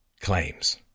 claims